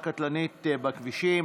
במליאה.